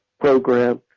program